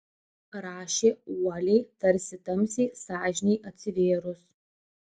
rašė uoliai tarsi tamsiai sąžinei atsivėrus